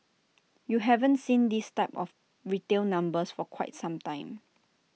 you haven't seen this type of retail numbers for quite some time